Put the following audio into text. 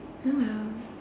oh well